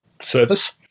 Service